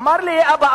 אמר לי: אבא,